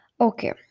Okay